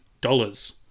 dollars